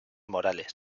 morales